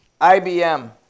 IBM